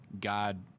god